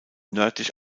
nördlich